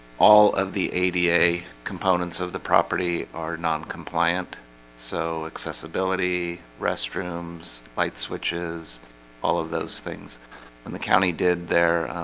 all of the a da components of the property are non-compliant so accessibility restrooms light switches all of those things when the county did their